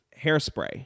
Hairspray